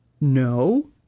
No